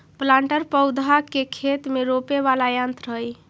planter पौधा के खेत में रोपे वाला यन्त्र हई